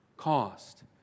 Cost